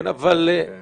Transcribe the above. כן, אבל קצר.